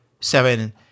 seven